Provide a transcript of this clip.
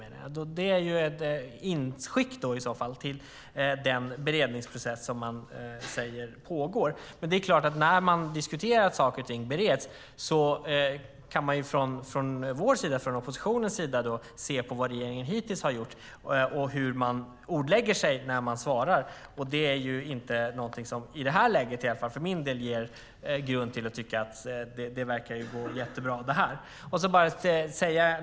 Det är i så fall ett medskick till den beredningsprocess som man säger pågår. Men det är klart att när man diskuterar att saker och ting bereds kan man från oppositionens sida se på vad regeringen hittills har gjort och hur man lägger orden när man svarar. För min del är det inte någonting som i det här läget ger grund för att tycka att det här verkar gå jättebra.